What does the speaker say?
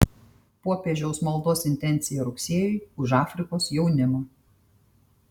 popiežiaus maldos intencija rugsėjui už afrikos jaunimą